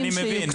אני מבין.